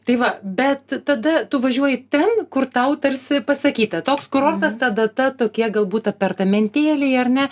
tai va bet tada tu važiuoji ten kur tau tarsi pasakyta toks kurortas ta data tokia galbūt apartamentėliai ar ne